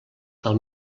del